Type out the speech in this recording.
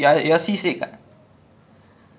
ya ya I think I'm seasick